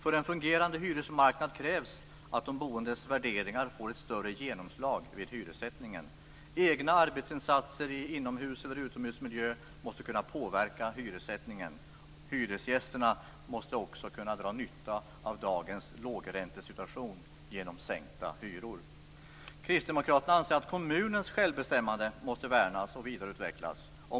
För en fungerande hyresmarknad krävs att de boendes värderingar får ett större genomslag vid hyressättningen. Egna arbetsinsatser i inomhus eller utomhusmiljö måste kunna påverka hyressättningen. Hyresgästerna måste också kunna dra nytta av dagens lågräntesituation genom sänkta hyror. Kristdemokraterna anser att kommunens självbestämmande måste värnas och vidareutvecklas.